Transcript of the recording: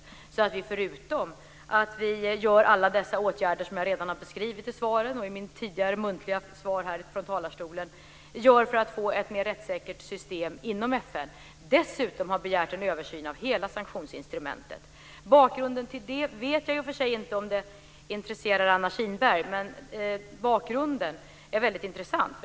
Förutom att vi vidtar alla dessa åtgärder för att få ett mer rättssäkert system inom FN, som jag redan har beskrivit i interpellationssvaret och i mitt tidigare muntliga svar här från talarstolen, har vi dessutom begärt en översyn av hela sanktionsinstrumentet. Jag vet i och för sig inte om bakgrunden till detta intresserar Anna Kinberg, men den är intressant.